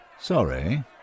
Sorry